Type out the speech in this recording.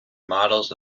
models